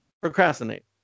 procrastinate